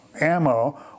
ammo